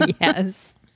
yes